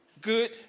good